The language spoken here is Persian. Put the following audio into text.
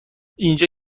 اینجا